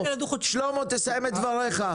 שלמה, תסיים את דבריך.